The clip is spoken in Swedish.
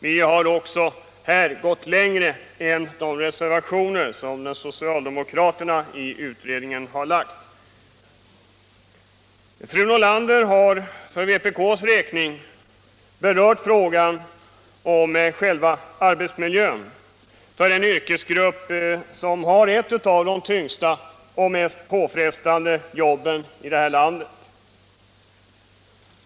Vi har också här gått längre än de reservationer gör som socialdemokraterna i utredningen har avgivit. Fru Nordlander har för vpk:s räkning berört själva arbetsmiljön för den yrkesgrupp som har ett av de tyngsta och mest påfrestande jobben i det här landet.